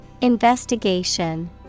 Investigation